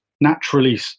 naturally